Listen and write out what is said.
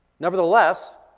Nevertheless